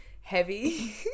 heavy